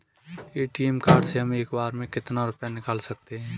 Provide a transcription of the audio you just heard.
ATM card से हम एक बार में कितना रुपया निकाल सकते हैं?